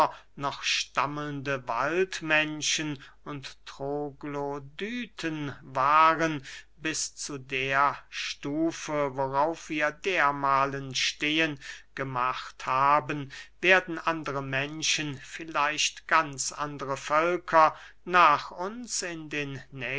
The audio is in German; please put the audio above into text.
noch stammelnde waldmenschen und troglodyten waren bis zu der stufe worauf wir dermahlen stehen gemacht haben werden andre menschen vielleicht ganz andre völker nach uns in den